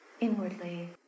inwardly